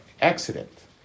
accident